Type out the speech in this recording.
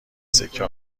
سکه